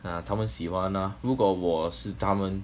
mm 他们喜欢 ah 如果我是他们